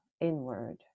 inward